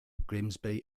grimsby